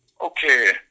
okay